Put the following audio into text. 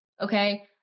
Okay